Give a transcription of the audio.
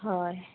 হয়